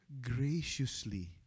graciously